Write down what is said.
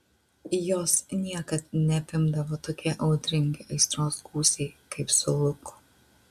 jos niekad neapimdavo tokie audringi aistros gūsiai kaip su luku